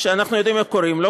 שאנחנו יודעים איך קוראים לו,